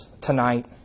tonight